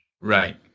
right